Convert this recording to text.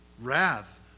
Wrath